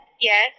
Yes